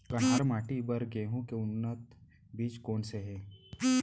कन्हार माटी बर गेहूँ के उन्नत बीजा कोन से हे?